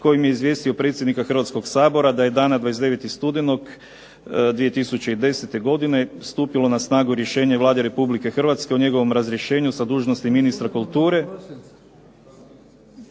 kojim je izvijestio predsjednika Hrvatskog sabora da je dana 29. studenog 2010. godine stupilo na snagu rješenje Vlade Republike Hrvatske o njegovom razrješenju sa dužnosti ministra kulture.